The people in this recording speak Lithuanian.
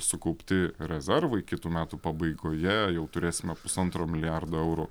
sukaupti rezervai kitų metų pabaigoje jau turėsime pusantro milijardo eurų